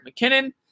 McKinnon